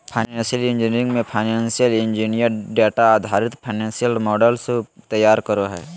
financial engineering मे financial engineer data आधारित financial models तैयार करो हय